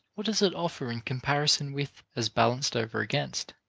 what does it offer in comparison with, as balanced over against,